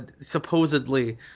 supposedly